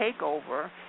takeover